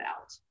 out